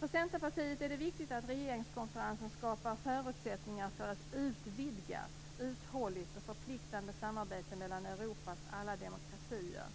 För Centerpartiet är det viktigt att regeringskonferensen skapar förutsättningar för ett utvidgat, uthålligt och förpliktande samarbete mellan Europas alla demokratier.